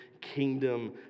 kingdom